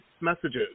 messages